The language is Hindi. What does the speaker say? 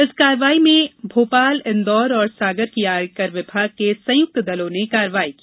इस कार्यवाही में भोपाल इंदौर और सागर की आयकर विभाग के संयुक्त दलों ने कार्यवाही की